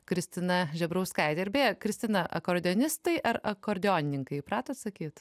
kristina žebrauskaitė ir beje kristina akordeonistai ar akordeonininkai įpratus sakyt